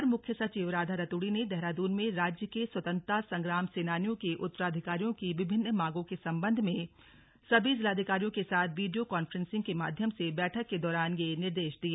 अपर मुख्य सचिव राधा रतूड़ी ने देहरादून में राज्य के स्वतंत्रता संग्राम सेनानियों के उत्तराधिकारियों की विभिन्न मांगों के सम्बन्ध में सभी जिलाधिकारियों के साथ वीडियो कॉन्फ्रेंसिंग के माध्यम से बैठक के दौरान यह निर्देश दिए